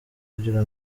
kugira